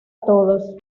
todos